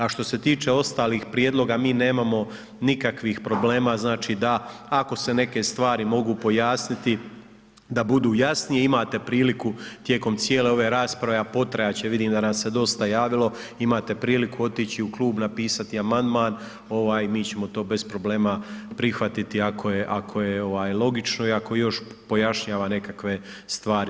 A što se tiče ostalih prijedloga mi nemamo nikakvih problema znači da ako se neke stvari mogu pojasniti da budu jasnije imate priliku tijekom cijele ove rasprave, a potrajat će vidim da nas se dosta javilo, imate priliku otići u klub napisati amandman ovaj mi ćemo to bez problema prihvatiti ako je ovaj logično i ako još pojašnjava nekakve stvari.